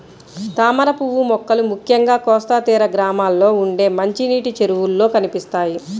తామరపువ్వు మొక్కలు ముఖ్యంగా కోస్తా తీర గ్రామాల్లో ఉండే మంచినీటి చెరువుల్లో కనిపిస్తాయి